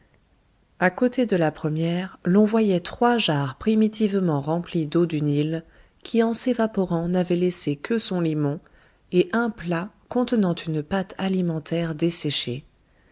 à côté de la première l'on voyait trois jarres primitivement remplies d'eau du nil qui en s'évaporant n'avait laissé que son limon et un plat contenant une pâte alimentaire desséchée